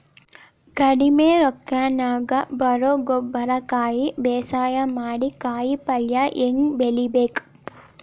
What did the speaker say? ಕಡಿಮಿ ರೊಕ್ಕನ್ಯಾಗ ಬರೇ ಗೊಬ್ಬರ ಹಾಕಿ ಬೇಸಾಯ ಮಾಡಿ, ಕಾಯಿಪಲ್ಯ ಹ್ಯಾಂಗ್ ಬೆಳಿಬೇಕ್?